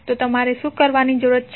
તો તમારે શું કરવાનું થશે